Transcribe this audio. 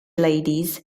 ladies